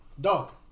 Dog